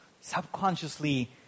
Subconsciously